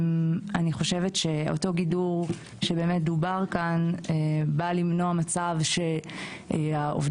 אני חושבת שאותו גידור שהוזכר כאן בא למנוע מצב שאובדן